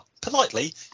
politely